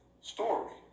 story